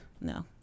no